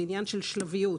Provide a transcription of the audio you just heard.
זה עניין של שלביות.